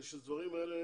שהדברים האלה